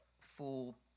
full